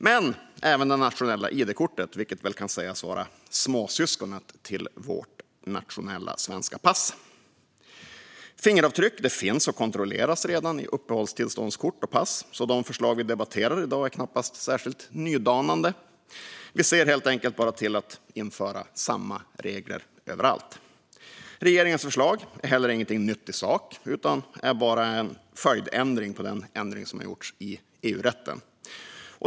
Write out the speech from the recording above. Men det handlar även om det nationella id-kortet, vilket väl kan sägas vara småsyskonet till vårt nationella svenska pass. Fingeravtryck finns och kontrolleras redan i uppehållstillståndskort och pass, så de förslag vi debatterar i dag är knappast särskilt nydanande. Vi ser helt enkelt bara till att införa samma regler överallt. Regeringens förslag är heller ingenting nytt i sak utan bara en följdändring på den ändring som gjorts i EU-rätten.